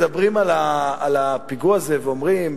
מדברים על הפיגוע הזה ואומרים,